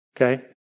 okay